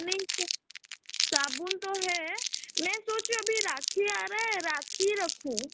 नहीं साबुन तो है मैं सोच रही हूँ अभी राखी आ रही है राखी रखूँ